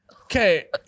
Okay